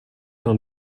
dans